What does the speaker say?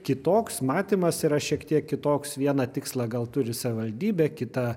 kitoks matymas yra šiek tiek kitoks vieną tikslą gal turi savivaldybė kitą